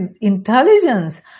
intelligence